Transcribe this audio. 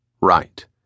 Right